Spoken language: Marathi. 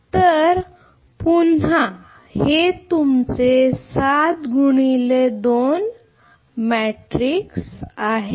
तर पुन्हा हे तुमचे 7 x 2 आहे